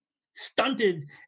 stunted